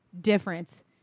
difference